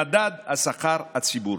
למדד השכר הציבורי.